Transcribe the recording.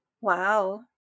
Wow